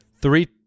three